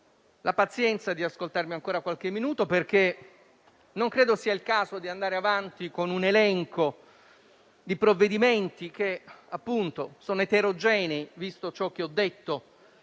la pazienza di ascoltarmi ancora qualche minuto perché non credo sia il caso di andare avanti con un elenco di provvedimenti eterogenei, visto ciò che ho detto